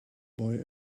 boy